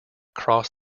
cross